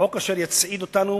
חוק אשר יצעיד אותנו